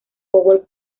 power